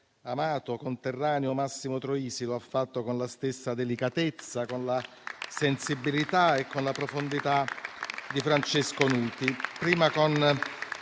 amato conterraneo Massimo Troisi lo ha fatto con la stessa delicatezza, con la stessa sensibilità e con la stessa profondità di Francesco Nuti